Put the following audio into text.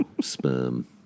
sperm